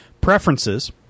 Preferences